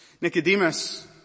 Nicodemus